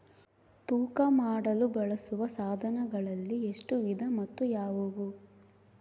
ತೂಕ ಮಾಡಲು ಬಳಸುವ ಸಾಧನಗಳಲ್ಲಿ ಎಷ್ಟು ವಿಧ ಮತ್ತು ಯಾವುವು?